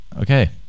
Okay